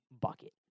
bucket